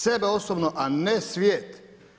Sebe osobno a ne svijet.